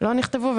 לא נכתבו.